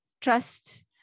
trust